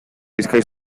bizkaia